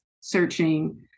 searching